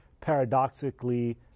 paradoxically